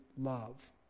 love